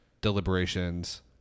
deliberations